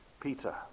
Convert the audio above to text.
Peter